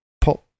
pop